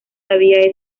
todavía